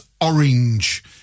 orange